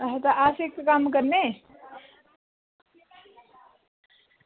ते अस तां इक्क कम्म करने